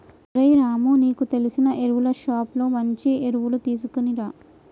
ఓరై రాము నీకు తెలిసిన ఎరువులు షోప్ లో మంచి ఎరువులు తీసుకునిరా